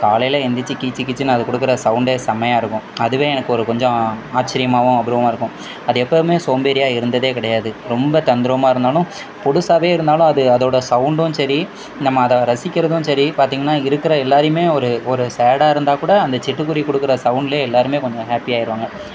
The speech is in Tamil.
காலையில எழுந்திரிச்சு கீச்சு கீச்சுன்னு அது கொடுக்குற சவுண்ட்டே செம்மையா இருக்கும் அதுவே எனக்கு ஒரு கொஞ்சம் ஆச்சரியமாகவும் அபூர்வமாக இருக்கும் அது எப்போவுமே சோம்பேறியாக இருந்ததே கிடையாது ரொம்ப தந்திரமாக இருந்தாலும் பொடிசாவே இருந்தாலும் அது அதோடய சௌண்ட்டும் சரி நம்ம அதை ரசிக்கறதும் சரி பார்த்தீங்கன்னா இருக்கிற எல்லோரையுமே ஒரு ஒரு சேடா இருந்தால்கூட அந்த சிட்டுக்குருவி கொடுக்குற சௌண்ட்லையே எல்லோருமே கொஞ்சம் ஹேப்பி ஆயிடுவாங்க